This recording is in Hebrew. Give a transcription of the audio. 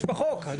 יש בחוק.